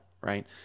right